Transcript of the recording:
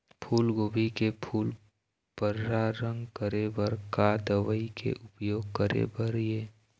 फूलगोभी के फूल पर्रा रंग करे बर का दवा के उपयोग करे बर ये?